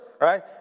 right